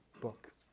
book